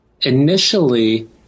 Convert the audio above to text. initially